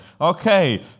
Okay